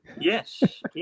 yes